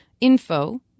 info